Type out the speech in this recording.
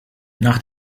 nach